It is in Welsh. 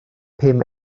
pum